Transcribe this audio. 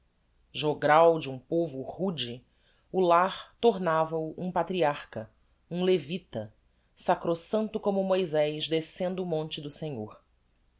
jogral de um povo rude o lar tornava o um patriarcha um levita sacrosanto como moysés descendo o monte do senhor